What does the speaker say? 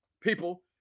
People